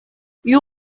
you